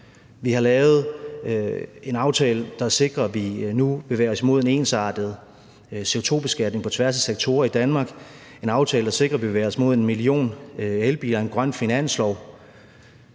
Vi har lavet en aftale, der sikrer, at vi nu bevæger os imod en ensartet CO2-beskatning på tværs af sektorer i Danmark, og en aftale, der sikrer, at vi bevæger os mod 1 million elbiler og en grøn finanslov.